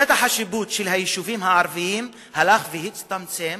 שטח השיפוט של היישובים הערביים הלך והצטמצם